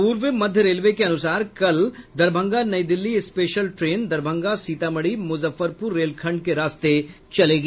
पूर्व मध्य रेलवे के अनुसार कल दरभंगा नई दिल्ली स्पेशल ट्रेन दरभंगा सीतामढ़ी मुजफ्फरपुर रेलखंड के रास्ते चलेगी